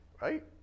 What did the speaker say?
right